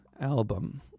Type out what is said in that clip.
album